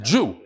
Jew